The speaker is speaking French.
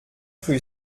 rue